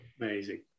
Amazing